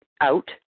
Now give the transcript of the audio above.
out